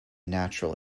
natural